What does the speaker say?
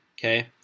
okay